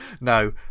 no